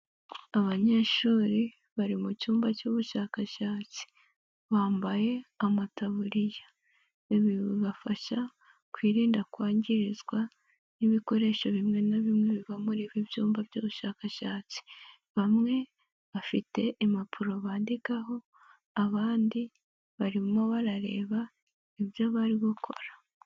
Abanyeshuri bari mu cyumba cy'ubushakashatsi, bambaye amataburiya, ibi bafasha kwirinda kwangirizwa n'ibikoresho bimwe na bimwe biva muri ibi byumba by'ubushakashatsi, bamwe bafite impapuro bandikaho, abandi barimo barareba ibyo bari gukora.